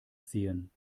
sehen